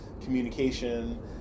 communication